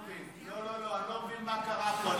לא, אני לא מבין מה קרה פה.